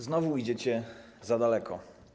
Znowu idziecie za daleko.